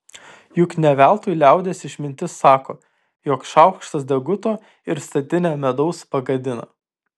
juk ne veltui liaudies išmintis sako jog šaukštas deguto ir statinę medaus pagadina